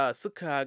suka